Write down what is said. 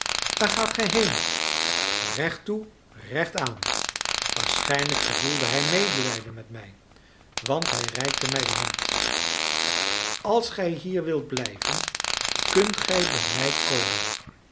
heen recht toe recht aan waarschijnlijk gevoelde hij medelijden met mij want hij reikte mij de hand als gij hier wilt blijven kunt gij bij mij komen